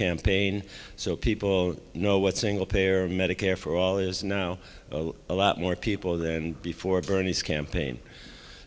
campaign so people know what single payer medicare for all is now a lot more people than before bernie's campaign